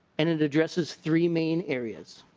and it addresses three main areas